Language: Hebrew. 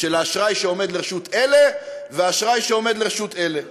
בין האשראי שעומד לרשות אלה לאשראי שעומד לרשות אלה.